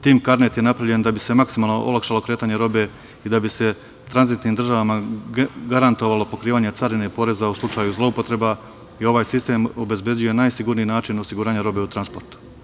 Taj TIM karnet je napravljen da bi se maksimalno olakšalo kretanje robe i da bi se tranzitnim državama garantovalo pokrivanje carine poreza u slučaju zloupotreba i ovaj sistem obezbeđuje najsigurniji način osiguranja robe u transportu.